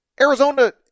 Arizona